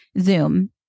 Zoom